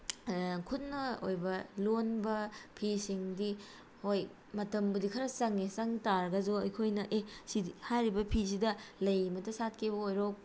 ꯈꯨꯠꯅ ꯑꯣꯏꯕ ꯂꯣꯟꯕ ꯐꯤꯁꯤꯡꯗꯤ ꯍꯣꯏ ꯃꯇꯝꯕꯨꯗꯤ ꯈꯔ ꯆꯪꯉꯦ ꯆꯪꯇꯥꯔꯒꯁꯨ ꯑꯩꯈꯣꯏꯅ ꯑꯦ ꯁꯤꯗꯤ ꯍꯥꯏꯔꯤꯕ ꯐꯤꯁꯤꯗ ꯂꯩꯃꯠꯇ ꯁꯥꯠꯀꯦꯕꯨ ꯑꯣꯏꯔꯣ